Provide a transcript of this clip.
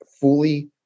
fully